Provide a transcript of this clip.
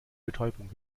betäubung